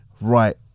right